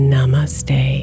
Namaste